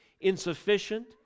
insufficient